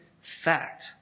fact